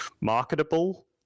marketable